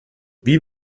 wie